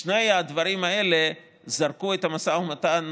שני הדברים האלה זרקו את המשא ומתן